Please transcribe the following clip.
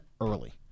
early